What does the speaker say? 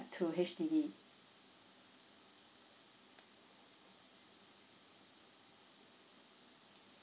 to H_D_B